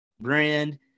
brand